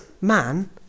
man